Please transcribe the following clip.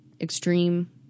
extreme